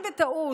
אם בטעות,